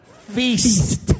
Feast